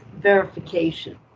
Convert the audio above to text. verification